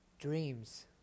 dreams